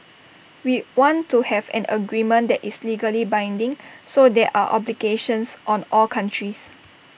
we want to have an agreement that is legally binding so there are obligations on all countries